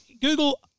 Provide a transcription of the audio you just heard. Google